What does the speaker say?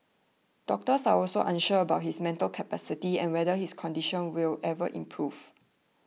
doctors are also unsure about his mental capacity and whether his condition will ever improve